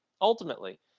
Ultimately